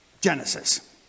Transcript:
Genesis